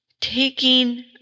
taking